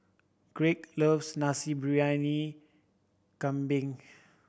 Greg loves Nasi Briyani Kambing